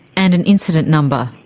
and an incident number.